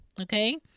okay